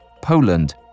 Poland